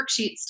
worksheets